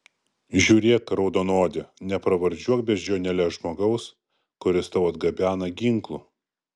žiūrėk raudonodi nepravardžiuok beždžionėle žmogaus kuris tau atgabena ginklų